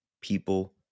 people